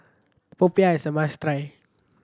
popiah is a must try